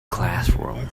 classroom